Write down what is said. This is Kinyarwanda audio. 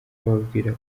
bababwira